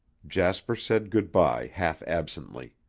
jasper said good-bye half-absently.